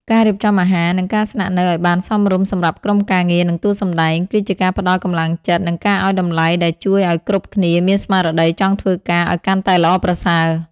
ការរៀបចំអាហារ និងការស្នាក់នៅឱ្យបានសមរម្យសម្រាប់ក្រុមការងារ និងតួសម្ដែង គឺជាការផ្ដល់កម្លាំងចិត្ត និងការឱ្យតម្លៃដែលជួយឱ្យគ្រប់គ្នាមានស្មារតីចង់ធ្វើការឱ្យកាន់តែល្អប្រសើរ។